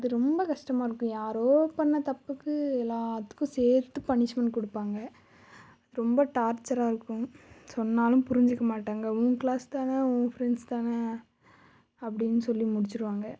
அது ரொம்ப கஷ்டமா இருக்கும் யாரோ பண்ண தப்புக்கு எல்லாத்துக்கும் சேர்த்து பனிஷ்மெண்ட் கொடுப்பாங்க ரொம்ப டார்ச்சரா இருக்கும் சொன்னாலும் புரிஞ்சிக்க மாட்டாங்க உன் கிளாஸ் தான் உன் ஃப்ரெண்ட்ஸ் தான அப்படின்னு சொல்லி முடிச்சிடுவாங்க